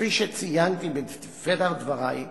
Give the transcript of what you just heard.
כפי שציינתי בפתח דברי,